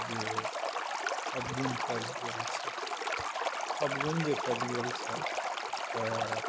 जे अवगुण पालि गेल छै अवगुण जे पालि गेल छै तऽ